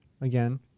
again